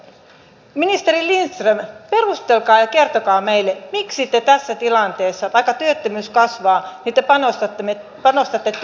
ministeri lindström perustelkaa ja kertokaa meille miksi te tässä tilanteessa vaikka työttömyys kasvaa panostatte työllisyyden ja työttömyyden hoitoon vähemmän kuin aikaisemmin